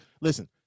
listen